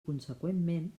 conseqüentment